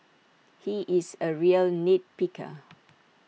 he is A real nit picker